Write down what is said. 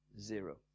zero